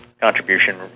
contribution